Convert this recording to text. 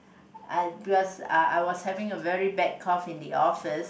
I was uh I was having a very bad cough in the office